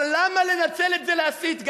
אבל למה לנצל את זה להסית?